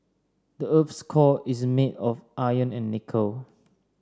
the earth's core is made of iron and nickel